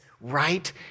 right